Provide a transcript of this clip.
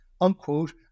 unquote